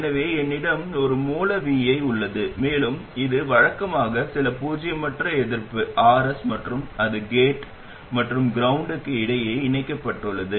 எனவே என்னிடம் ஒரு மூல vi உள்ளது மேலும் இது வழக்கமாக சில பூஜ்ஜியமற்ற எதிர்ப்பு Rs மற்றும் அது கேட் மற்றும் கிரவுண்டுக்கு இடையே இணைக்கப்பட்டுள்ளது